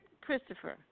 Christopher